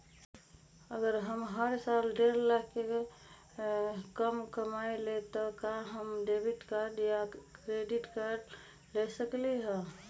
अगर हम हर साल डेढ़ लाख से कम कमावईले त का हम डेबिट कार्ड या क्रेडिट कार्ड ले सकली ह?